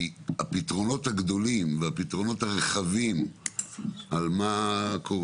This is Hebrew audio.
ולא בפתרונות הגדולים והרחבים לגבי,